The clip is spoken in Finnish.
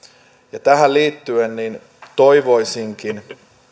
ja tähän liittyen toivoisinkin